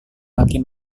kaki